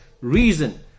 reason